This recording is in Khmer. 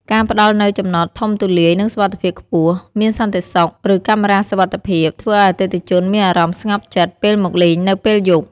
ការផ្តល់នូវ ចំណតធំទូលាយ និង សុវត្ថិភាពខ្ពស់ (មានសន្តិសុខ ឬកាមេរ៉ាសុវត្ថិភាព) ធ្វើឲ្យអតិថិជនមានអារម្មណ៍ស្ងប់ចិត្តពេលមកលេងនៅពេលយប់។